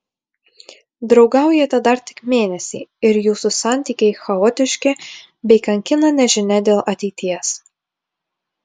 draugaujate dar tik mėnesį ir jūsų santykiai chaotiški bei kankina nežinia dėl ateities